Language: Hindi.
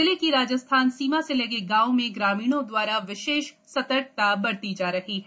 जिले की राजस्थान सीमा से लगे गाँवो में ग्रामीणों द्वारा विशेष सतर्कता बरती जा रही है